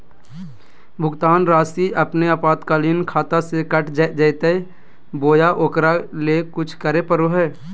भुक्तान रासि अपने आपातकालीन खाता से कट जैतैय बोया ओकरा ले कुछ करे परो है?